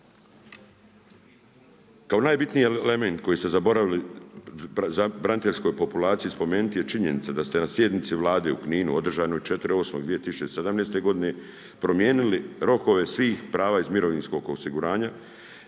Kao najbitniji element koji ste zaboravili braniteljskoj populaciji spomenuti je činjenica da ste na sjednici Vlade u Kninu 4.8.2017. godine promijenili rokove svih prava iz mirovinskog osiguranja